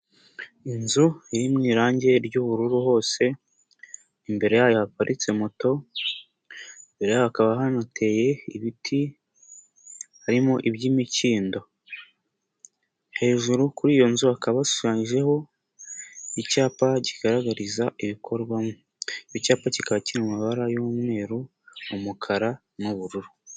Inzu iri mu irangi ry'ubururu hose, imbere yayo haparitse moto, imbere hakaba hanateye ibiti, harimo iby'imikindo, hejuru kuri iyo nzu bakaba bashushanyije, icyapa kigaragariza ibikorwamo, icyapa kikaba kiri mu mabara y'umweru, umukara n'ubururu.